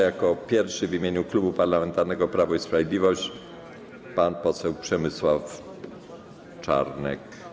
Jako pierwszy w imieniu Klubu Parlamentarnego Prawo i Sprawiedliwość pan poseł Przemysław Czarnek.